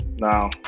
now